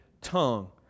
tongue